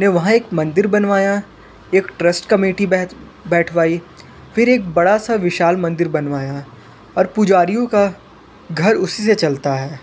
ने वहाँ एक मंदिर बनवाया एक ट्रस्ट कॉमेटी बैठवाई फिर एक बड़ा सा विशाल मंदिर बनवाया और पुजारियों का घर उसी से चलता है